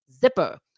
zipper